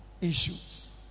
issues